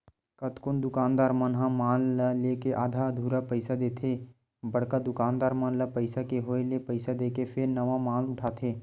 कतकोन दुकानदार मन ह माल ल लेके आधा अधूरा पइसा देथे बड़का दुकानदार मन ल पइसा के होय ले पइसा देके फेर नवा माल उठाथे